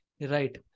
right